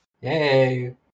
Yay